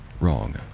wrong